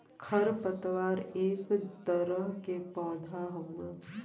खर पतवार एक तरह के पौधा हउवे